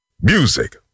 Music